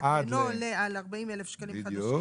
ואינו עולה על 40,000 שקלים חדשים,